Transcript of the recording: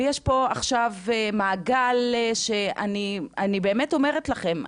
ויש פה עכשיו מעגל שאני באמת אומרת לכם,